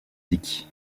dyck